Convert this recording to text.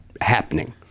happening